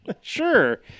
Sure